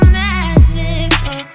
magical